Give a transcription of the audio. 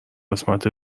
قسمت